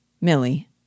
Millie